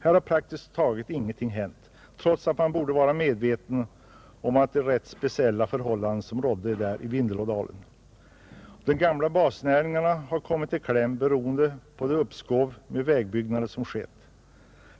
Här har praktiskt taget ingenting hänt, trots att regeringen borde vara medveten om de speciella förhållanden som råder i Vindelådalen. De gamla basnäringarna har kommit i kläm på grund av att vägbyggandet har skjutits upp.